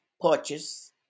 purchase